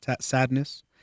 sadness